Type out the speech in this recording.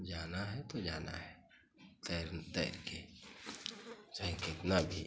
जाना है तो जाना है तैर तैर के चाहे कितना भी